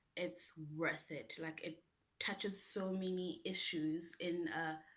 it's worth it. like it touches so many issues in a.